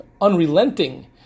unrelenting